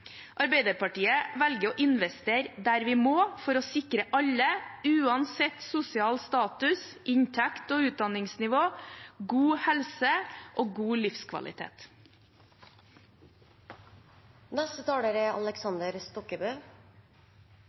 Arbeiderpartiet velger å investere der vi må, for å sikre alle – uansett sosial status, inntekt og utdanningsnivå – god helse og god livskvalitet. Norge er